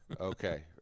Okay